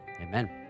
Amen